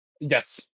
Yes